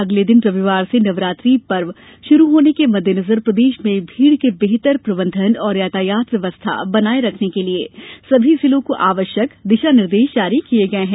अगले दिन रविवार से नवरात्रि पर्व प्रारंभ होने के मद्देनजर प्रदेश में भीड़ के बेहतर प्रबंधन और यातायात व्यवस्था बनाए रखने के लिए सभी जिलों को आवश्यक दिशा निर्देश जारी किए गये हैं